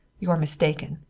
you're mistaken.